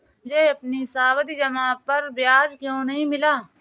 मुझे अपनी सावधि जमा पर ब्याज क्यो नहीं मिला?